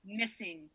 missing